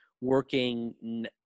working